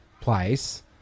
place